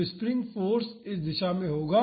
तो spring force इस दिशा में होगा